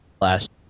Last